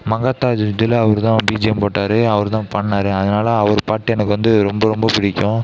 மங்காத்தா இதில் அவர் தான் பீஜியம் போட்டார் அவர் தான் பண்ணார் அதனால அவர் பாட்டு எனக்கு வந்து ரொம்ப ரொம்ப பிடிக்கும்